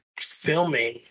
filming